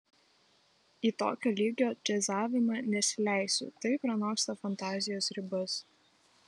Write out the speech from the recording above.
į tokio lygio džiazavimą nesileisiu tai pranoksta fantazijos ribas